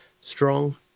Strong